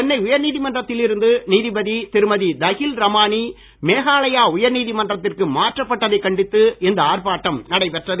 சென்னை உயர்நீதிமன்றத்தில் இருந்து நீதிபதி திருமதி தஹில் ரமானி மேகாலாயா உயர்நீதிமன்றத்திற்கு மாற்றப்பட்டதைக் கண்டித்து இந்த ஆர்ப்பாட்டம் நடைபெற்றது